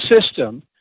system